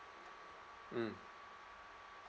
mm